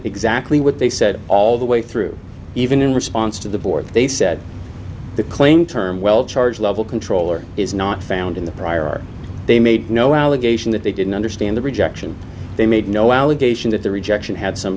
exactly what they said all the way through even in response to the board they said the claim term well charge level controller is not found in the prior they made no allegation that they didn't understand the rejection they made no alibi ation that the rejection had some